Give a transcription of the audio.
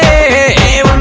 a